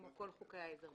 כמו כל חוקי העזר.